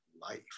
life